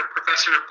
Professor